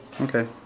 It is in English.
Okay